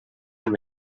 amb